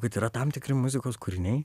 kad yra tam tikri muzikos kūriniai